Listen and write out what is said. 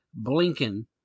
Blinken